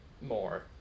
more